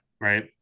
right